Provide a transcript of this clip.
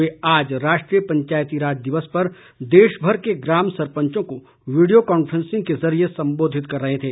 वे आज राष्ट्रीय पंचायतीराज दिवस पर देशभर के ग्राम सरपंचों को वीडियो कान्फ्रेसिंग के जरिए सम्बोधित कर रहे थे